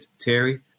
Terry